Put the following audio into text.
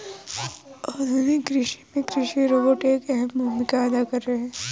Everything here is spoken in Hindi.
आधुनिक कृषि में कृषि रोबोट एक अहम भूमिका अदा कर रहे हैं